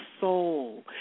soul